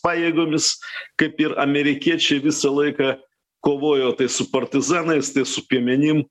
pajėgomis kaip ir amerikiečiai visą laiką kovojo su partizanais tai su piemenim